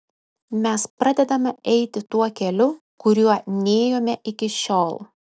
mes pradedame eiti tuo keliu kuriuo nėjome iki šiol